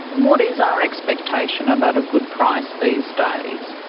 what is our expectation about a good price these days?